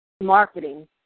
marketing